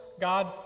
God